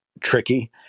tricky